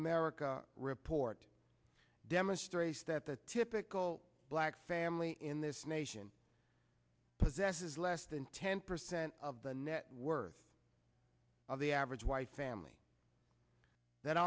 america report demonstrates that the typical black family in this nation possesses less than ten percent of the net worth of the average wife's family th